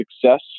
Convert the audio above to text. success